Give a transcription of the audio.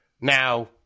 Now